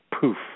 poof